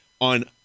on